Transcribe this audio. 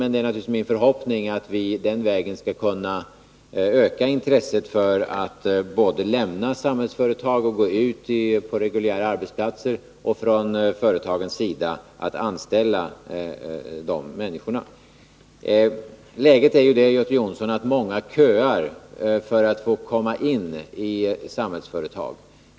Men det är naturligtvis min förhoppning att vi den vägen skall kunna öka människors intresse av att lämna Samhällsföretag och gå ut på reguljära arbetsplatser och att företagen också blir villiga att anställa de här människorna. Läget är, Göte Jonsson, att många köar att få komma in i Samhällsföretag.